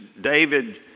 David